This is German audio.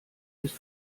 ist